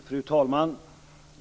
Fru talman!